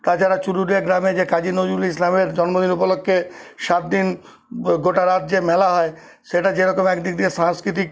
তাছাড়া চুরুলিয়া গ্রামে যে কাজী নজরুল ইসলামের জন্মদিন উপলক্ষে সাতদিন গোটা রাজ্যে মেলা হয় সেটা যেরকম এক দিক দিয়ে সাংস্কৃতিক